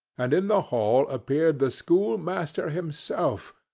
and in the hall appeared the schoolmaster himself,